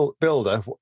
Builder